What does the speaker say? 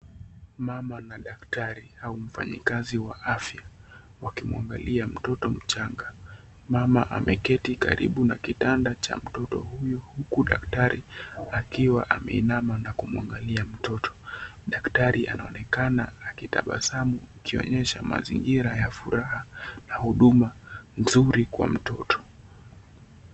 Mama na daktari au mfanyi kazi wa afya wakimwangalia mtoto mchanga mama ameketi karibu na kitanda cha mtoto huyu huku daktari akiwa ameinama na kumwangalia mtoto. Daktari anaonekana akitabasamu akionyesha mazingira ya furaha na huduma nzuri kwa mtoto.